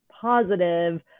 positive